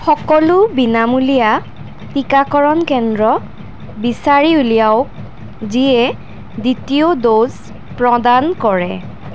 সকলো বিনামূলীয়া টীকাকৰণ কেন্দ্ৰ বিচাৰি উলিয়াওক যিয়ে দ্বিতীয় ড'জ প্ৰদান কৰে